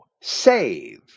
save